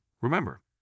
Remember